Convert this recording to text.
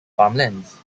farmlands